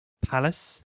Palace